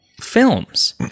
films